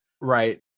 right